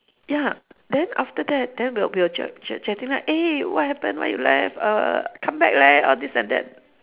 ya then after that then we were we were ch~ ch~ chatting right eh what happen why you left err come back leh all this and that